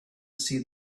see